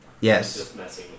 yes